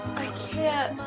i can't.